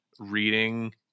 reading